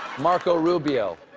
marco rubio.